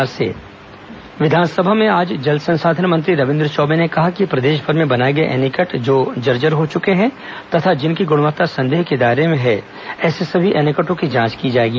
विधानसभा एनीकट विधानसभा में आज जल संसाधन मंत्री रविन्द्र चौबे ने कहा कि प्रदेशभर में बनाए गए एनीकट जो जर्जर हो चुके हैं तथा जिनकी गुणवत्ता संदेह के दायरे में हैं ऐसे सभी एनीकटों की जांच की जाएगी